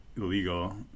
illegal